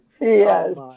Yes